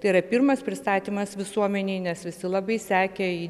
tai yra pirmas pristatymas visuomenei nes visi labai sekė jį